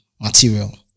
material